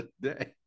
day